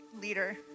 leader